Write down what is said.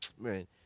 man